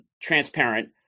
transparent